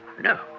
no